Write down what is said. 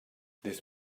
this